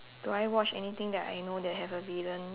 do I watch anything that I know that have a villain